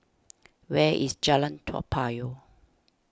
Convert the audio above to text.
where is Jalan Toa Payoh